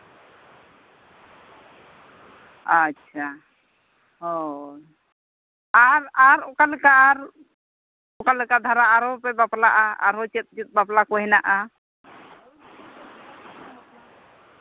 ᱟᱪᱪᱷᱟ ᱦᱳᱭ ᱟᱨ ᱟᱨ ᱚᱠᱟᱞᱮᱠᱟ ᱟᱨ ᱚᱠᱟᱞᱮᱠᱟ ᱫᱷᱟᱨᱟ ᱟᱨᱚ ᱯᱮ ᱵᱟᱯᱞᱟᱜᱼᱟ ᱟᱨᱚ ᱪᱮᱫ ᱪᱮᱫ ᱵᱟᱯᱞᱟ ᱠᱚ ᱦᱮᱱᱟᱜᱼᱟ